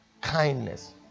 kindness